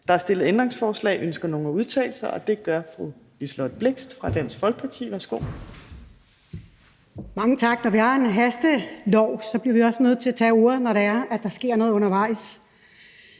Der er stillet ændringsforslag. Ønsker nogen at udtale sig? Det gør fru Liselott Blixt fra Dansk Folkeparti. Værsgo. Kl. 17:21 (Ordfører) Liselott Blixt (DF): Mange tak. Når vi har en hastelov, bliver vi også nødt til at tage ordet, når der sker noget undervejs.